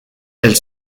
elle